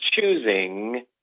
choosing